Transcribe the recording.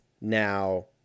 Now